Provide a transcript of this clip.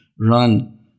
run